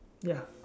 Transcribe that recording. ya